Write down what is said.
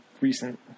recent